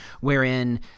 wherein